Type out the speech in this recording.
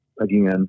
again